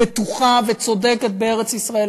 בטוחה וצודקת בארץ-ישראל,